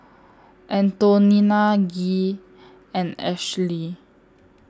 Antonina Gee and Ashely